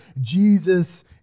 Jesus